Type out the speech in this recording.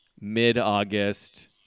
mid-August